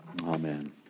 Amen